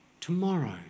tomorrow